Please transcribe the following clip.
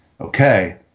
okay